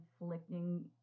inflicting